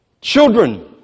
Children